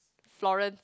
Florence